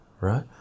right